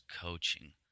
coaching